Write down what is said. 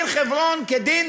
דין חברון כדין,